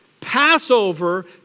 Passover